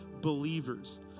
believers